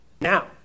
now